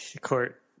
court